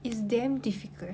it's damn difficult